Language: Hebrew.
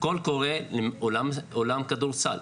"קול קורא" לאולם כדורסל,